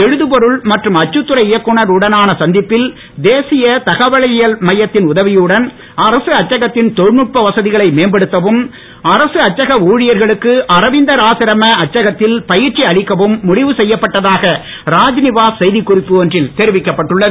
எழுதுபொருள் மற்றும் அச்சுத்துறை இயக்குனர் உடனான சந்திப்பில் தேசிய தகவலியல் மையத்தின் உதவியுடன் அரசு அச்சகத்தின் தொழில்நுட்ப வசதிகளை மேம்படுத்தவும் அரசு அச்சக ஊழியர்களுக்கு அரவிந்தர் ஆசிரம அச்சகத்தில் பயிற்சி அளிக்கவும் முடிவு செய்யப்பட்டதாக ராத்நிவாஸ் செய்தி குறிப்பு ஒன்றில் தெரிவிக்கப்பட்டுள்ளது